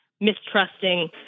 mistrusting